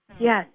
Yes